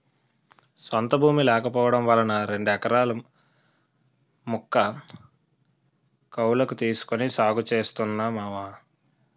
సొంత భూమి లేకపోవడం వలన రెండెకరాల ముక్క కౌలకు తీసుకొని సాగు చేస్తున్నా మావా